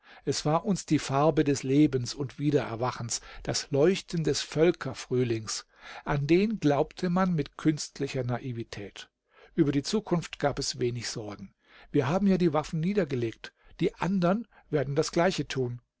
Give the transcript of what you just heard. es war uns die farbe des lebens und wiedererwachens das leuchten des völkerfrühlings an den glaubte man mit künstlicher naivität über die zukunft gab es wenig sorgen wir haben ja die waffen niedergelegt die andern werden das gleiche tun